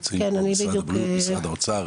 משרד הבריאות, משרד האוצר.